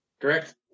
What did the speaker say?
Correct